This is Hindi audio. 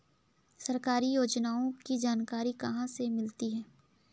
सरकारी योजनाओं की जानकारी कहाँ से मिलती है?